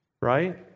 right